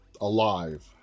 Alive